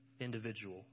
individual